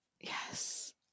Yes